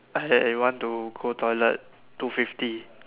I I want to go toilet two fifty